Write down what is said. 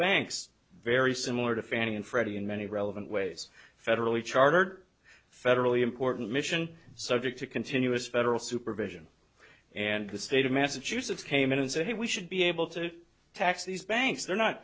banks very similar to fannie and freddie in many relevant ways federally chartered federally important mission subject to continuous federal supervision and the state of massachusetts came in and said hey we should be able to tax these banks they're not